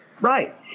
right